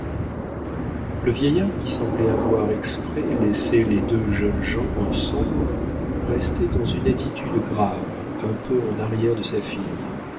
le vieillard qui semblait avoir exprès laissé les deux jeunes gens ensemble restait dans une attitude grave un peu en arrière de sa fille